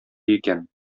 икән